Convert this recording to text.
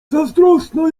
zazdrosna